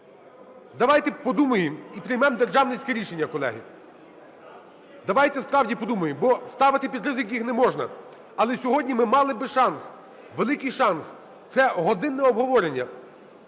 Давайте подумаємо і приймемо державницьке рішення, колеги. Давайте справді подумаємо, бо ставити під ризик їх не можна, але сьогодні ми мали би шанс, великий шанс, це годинне обговорення.